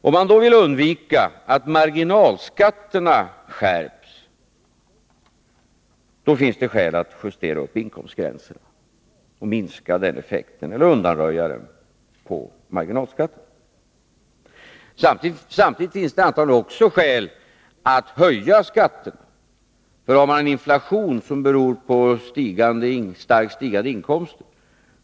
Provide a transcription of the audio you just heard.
Om man då vill undvika att marginalskatterna skärps finns det skäl att justera upp inkomstgränserna och minska eller undanröja den effekten på marginalskatterna. Samtidigt finns det antagligen också skäl att höja skatterna om man har en inflation som beror på starkt stigande inkomster.